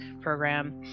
program